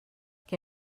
que